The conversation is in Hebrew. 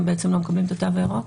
הם בעצם לא מקבלים את התו הירוק.